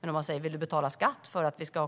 Men om man frågar om de vill betala skatt för att vi ska ha